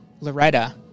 Loretta